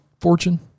fortune